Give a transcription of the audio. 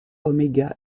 oméga